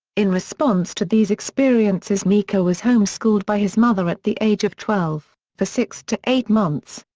in response to these experiences mika was home-schooled by his mother at the age of twelve, for six to eight months.